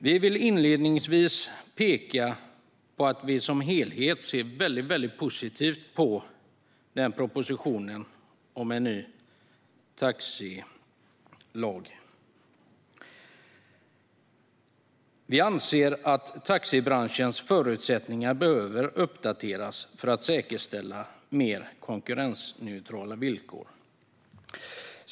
Vi vill inledningsvis peka på att vi som helhet ser väldigt positivt på propositionen om en ny taxilag. Vi anser att taxibranschens förutsättningar behöver uppdateras för att säkerställa mer konkurrensneutrala villkor.